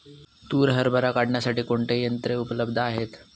तूर हरभरा काढण्यासाठी कोणती यंत्रे उपलब्ध आहेत?